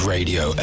Radio